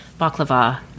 baklava